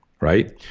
right